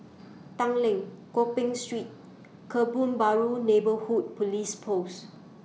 Tanglin Gopeng Street Kebun Baru Neighbourhood Police Post